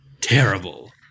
terrible